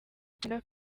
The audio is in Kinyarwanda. brenda